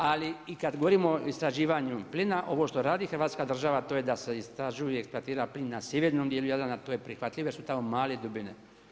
Ali i kad govorimo o istraživanju plina ovo što radi Hrvatska država to je da se istražuje i eksploatira plin na sjevernom dijelu Jadrana, to je prihvatljivo jer su tamo male dubine.